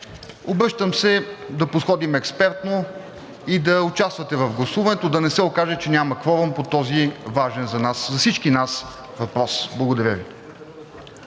Обръщам се, за да подходим експертно и да участвате в гласуването, да не се окаже, че няма кворум по този важен за всички нас въпрос. Благодаря Ви.